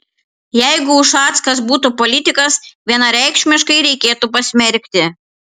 jeigu ušackas būtų politikas vienareikšmiškai reikėtų pasmerkti